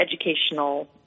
educational